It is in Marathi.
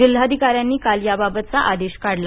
जिल्हाधिकाऱ्यांनी काल याबाबतचा आदेश काढला